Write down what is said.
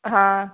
हाँ